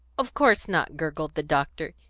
of course not, gurgled the doctor.